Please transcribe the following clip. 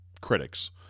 critics